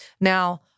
Now